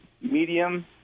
medium